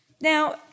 Now